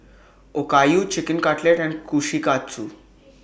Okayu Chicken Cutlet and Kushikatsu